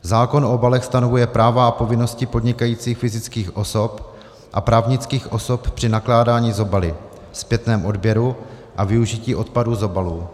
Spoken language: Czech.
Zákon o obalech stanovuje práva a povinnosti podnikajících fyzických osob a právnických osob při nakládání s obaly, zpětném odběru a využití odpadů z obalů.